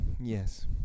yes